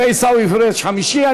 ועיסאווי פריג' חמישי.